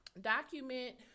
document